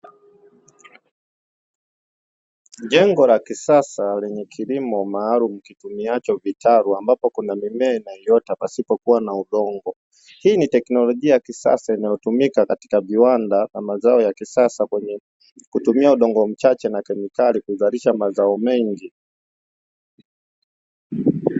Jengo la kisasa lenye kilimo maalumu kitumiacho vitalu ambapo kuna mimea inayoota pasipo kuwa na udongo. Hii ni teknolojia ya kisasa inayotumika katika viwanda na mazao ya kisasa kwenye kutumia udongo mchache na kemikali kuzalisha mazao mengi.